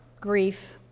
grief